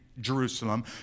Jerusalem